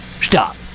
Stop